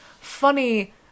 funny